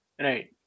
Right